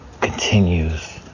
continues